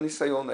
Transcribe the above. הניסיון,